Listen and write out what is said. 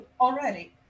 already